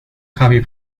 copy